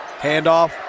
handoff